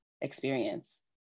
experience